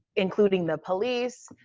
including the police,